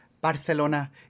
Barcelona